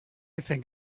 think